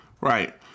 Right